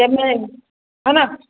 हा न